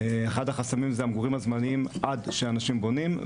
אחד החסמים זה המגורים הזמניים עד שאנשים בונים,